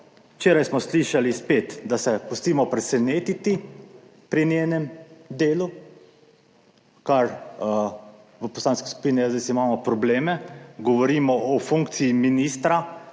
včeraj smo slišali spet, da se pustimo presenetiti pri njenem delu, kar v Poslanski skupini SDS imamo probleme, govorimo o funkciji ministra,